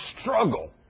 struggle